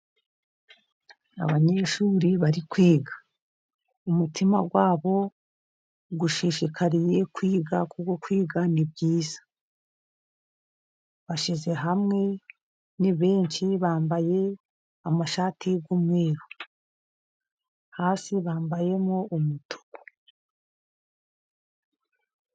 Abanyeshuri bari kwiga, umutima wabo ushishikariye kwiga kuko kwiga ni byiza. Bashyize hamwe ni benshi bambaye amashati y'umweru hasi bambayemo umutuku.